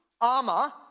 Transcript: armor